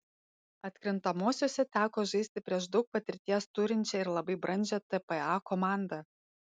atkrintamosiose teko žaisti prieš daug patirties turinčią ir labai brandžią tpa komandą